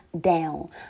down